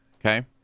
okay